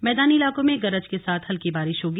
मैदानी इलाकों में गरज के साथ हल्की बारिश होगी